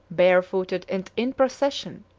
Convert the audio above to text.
barefooted and in procession,